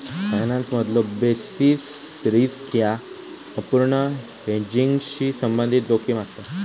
फायनान्समधलो basis risk ह्या अपूर्ण हेजिंगशी संबंधित जोखीम असा